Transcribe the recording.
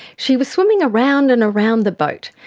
she was swimming around and around the boat,